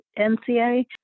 NCA